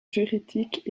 juridiques